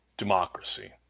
democracy